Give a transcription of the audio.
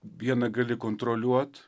vieną gali kontroliuot